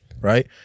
right